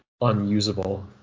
unusable